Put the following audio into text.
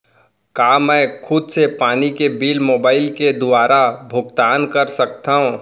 का मैं खुद से पानी के बिल मोबाईल के दुवारा भुगतान कर सकथव?